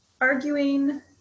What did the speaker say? arguing